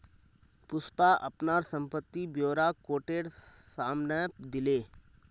पुष्पा अपनार संपत्ति ब्योरा कोटेर साम न दिले